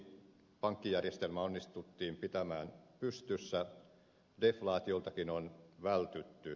pankkijärjestelmä onnistuttiin pitämään pystyssä deflaatioltakin on vältytty